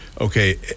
okay